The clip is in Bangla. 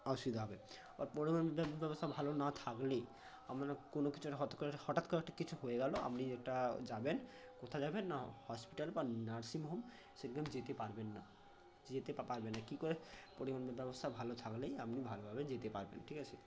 অসুবিধা হবে পরিবহন ব্যবস্থা ভালো না থাকলে আপনার কোনো কিছু একটা হঠাৎ করে একটা হঠাৎ করে একটা কিছু হয়ে গেল আপনি ওটা যাবেন কোথায় যাবেন না হসপিটাল বা নার্সিংহোম সেখানে যেতে পারবেন না যেতে পারবেন না কী করে পরিবহন ব্যবস্থা ভালো থাকলেই আপনি ভালোভাবে যেতে পারবেন ঠিক আছে